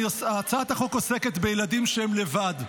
הצעת החוק עוסקת בילדים שהם לבד.